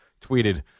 tweeted